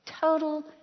Total